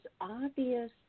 obvious